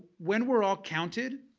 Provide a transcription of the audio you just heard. when we're all counted,